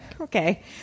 Okay